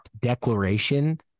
declaration